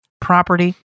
property